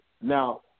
Now